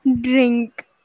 drink